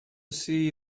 see